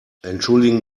entschuldigen